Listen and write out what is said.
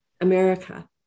America